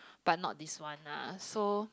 but not this one lah so